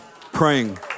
praying